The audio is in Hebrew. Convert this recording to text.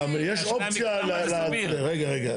גם יש אופציה, רגע, רגע.